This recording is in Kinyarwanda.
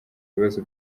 bibazo